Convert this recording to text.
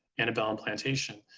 antebellum plantation.